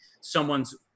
someone's